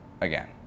again